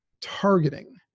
targeting